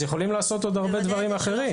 יכולים לעשות עוד הרבה דברים אחרים.